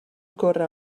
corre